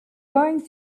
going